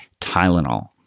Tylenol